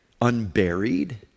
unburied